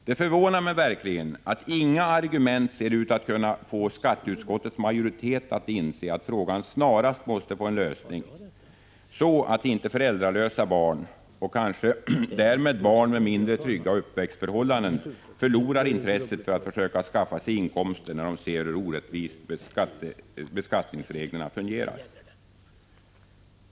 Det förvånar mig verkligen att inga argument ser ut att kunna få skatteutskottets majoritet att inse att frågan snarast måste få en lösning så att föräldralösa barn och därmed barn med mindre trygga uppväxtförhållanden inte förlorar intresset för att försöka skaffa sig inkomster när de ser hur orättvist beskattningsreglerna fungerar.